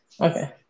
Okay